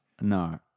No